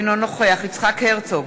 אינו נוכח יצחק הרצוג,